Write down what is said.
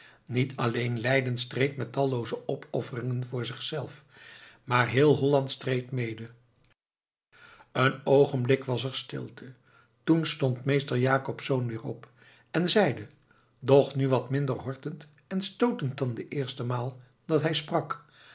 niet alleen leiden streed met tallooze opofferingen voor zichzelf maar heel holland streed mede een oogenblik was er stilte toen stond meester jacobsz weer op en zeide doch nu wat minder hortend en stootend dan de eerste maal dat hij sprak